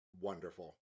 wonderful